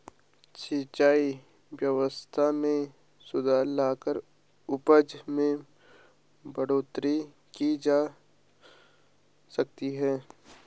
सिंचाई व्यवस्था में सुधार लाकर उपज में बढ़ोतरी की जा सकती है